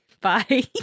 Bye